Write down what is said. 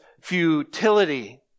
futility